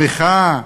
המחאה,